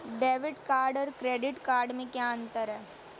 Debit card और credit card में क्या अंतर है?